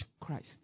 Christ